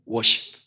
Worship